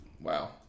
Wow